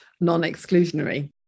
non-exclusionary